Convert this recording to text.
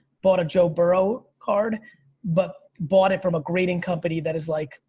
bought a joe burrow card but bought it from a grading company that is like,